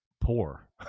poor